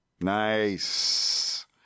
Nice